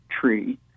tree